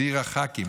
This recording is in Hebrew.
צעיר הח"כים.